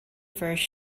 first